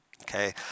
okay